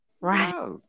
Right